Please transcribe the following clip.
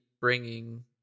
bringing